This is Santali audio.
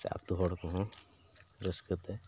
ᱥᱮ ᱟᱹᱛᱩ ᱦᱚᱲ ᱠᱚᱦᱚᱸ ᱨᱟᱹᱥᱠᱟᱹ ᱛᱮ